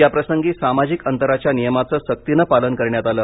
याप्रसंगी सामाजिक अंतराच्या नियमांचं सक्तीनं पालन करण्यात आलं